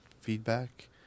feedback